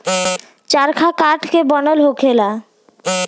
चरखा काठ के बनल होखेला